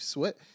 Sweat